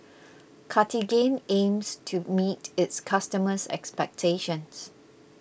Cartigain aims to meet its customers' expectations